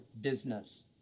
business